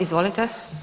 Izvolite.